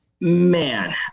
man